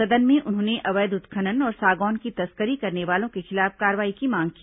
सदन में उन्होंने अवैध उत्खनन और सागौन की तस्करी करने वालों के खिलाफ कार्रवाई की मांग की